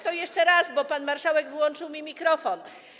To jeszcze raz, bo pan marszałek wyłączył mi mikrofon.